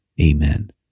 Amen